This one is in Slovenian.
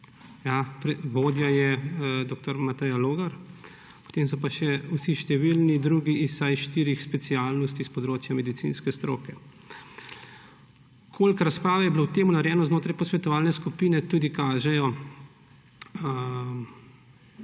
vodja je dr. Mateja Logar, potem so pa še številni drugi iz vsaj štirih specialnosti s področja medicinske stroke. Koliko razprav je bilo o tem narejeno znotraj posvetovalne skupine, tudi kažejo